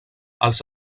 els